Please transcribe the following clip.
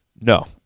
No